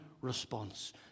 response